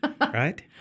right